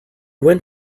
went